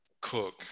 cook